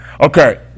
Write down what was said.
Okay